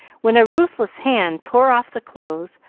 when a ruthless hand tore off the clothes,